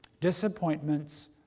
Disappointments